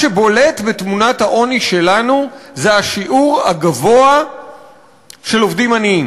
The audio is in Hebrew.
מה שבולט בתמונת העוני שלנו זה השיעור הגבוה של עובדים עניים,